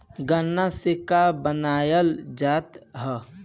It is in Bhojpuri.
गान्ना से का बनाया जाता है?